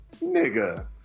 Nigga